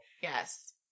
Yes